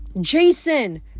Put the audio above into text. jason